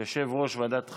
יושב-ראש ועדת החוקה,